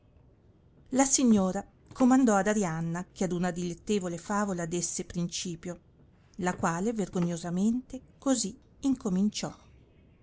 silenzio e comandò ad arianna che ad una dilettevole favola desse principio la quale vergognosamente così incominciò